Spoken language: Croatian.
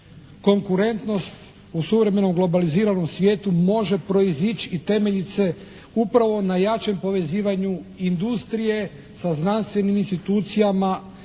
konkurentnost u suvremenom globaliziranom svijetu može proizići i temeljit se upravo na jačem povezivanju industrije sa znanstvenim institucijama,